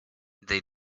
they